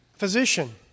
physician